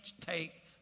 take